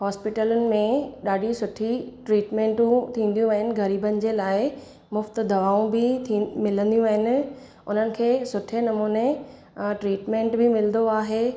हॉस्पिटलुनि में ॾाढी सुठी ट्रीटमैंटू थींदियूं आहिनि ग़रीबनि जे लाइ मुफ़्ति दवाऊं बि थीं मिलंदियूं आहिनि उन्हनि खे सुठे नमूने अ ट्रीटमैंट बि मिलंदो आहे